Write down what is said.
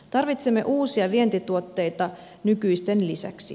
tarvitsemme uusia vientituotteita nykyisten lisäksi